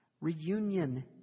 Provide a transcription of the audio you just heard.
Reunion